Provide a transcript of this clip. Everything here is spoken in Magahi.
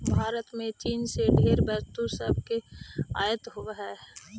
भारत में चीन से ढेर वस्तु सब के आयात होब हई